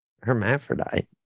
hermaphrodite